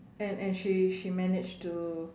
and and she she managed to